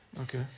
okay